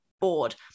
board